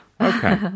Okay